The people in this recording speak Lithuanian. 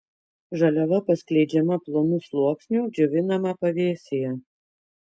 žaliava paskleidžiama plonu sluoksniu džiovinama pavėsyje